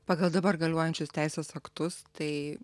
pagal dabar galiojančius teisės aktus tai